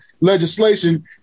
legislation